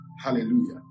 Hallelujah